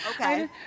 Okay